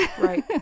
Right